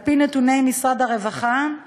על-פי נתוני משרד הרווחה,